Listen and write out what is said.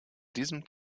diesem